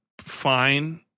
fine